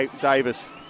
Davis